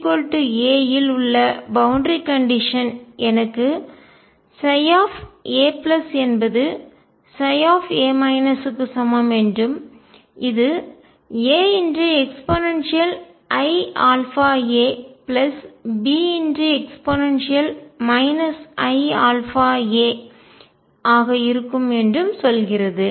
X a இல் உள்ள boundary condition எல்லை நிபந்தனை எனக்கு ψa என்பது ψ க்கு சமம் என்றும் இது AeiαaBe iαa ஆக இருக்கும் என்றும் சொல்கிறது